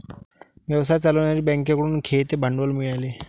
व्यवसाय चालवण्यासाठी बँकेकडून खेळते भांडवल मिळाले